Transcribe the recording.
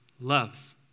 loves